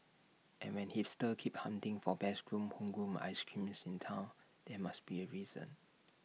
and when hipsters keep hunting for best homegrown ice creams in Town there must be A reason